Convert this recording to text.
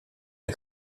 mir